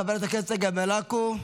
חברת הכנסת צגה מלקו,